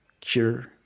cure